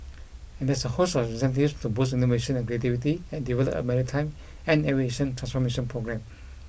and there's a host of incentives to boost innovation and creativity and develop a maritime and aviation transformation programme